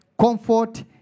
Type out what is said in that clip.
comfort